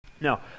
Now